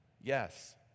Yes